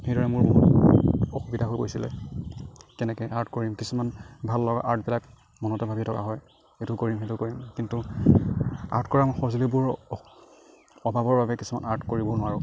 সেইদৰে মোৰ বহুত অসুবিধা হৈ গৈছিলে কেনেকৈ আৰ্ট কৰিম কিছুমান ভাল লগা আৰ্টবিলাক মনতে ভাৱি থকা হয় এইটো কৰিম সেইটো কৰিম কিন্তু আৰ্ট কৰা সঁজুলীবোৰ অভাৱৰ বাবে কিছুমান আৰ্ট কৰিব নোৱাৰোঁ